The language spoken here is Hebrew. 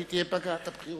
שהיא תהיה פגרת הבחירות.